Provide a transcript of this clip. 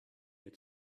had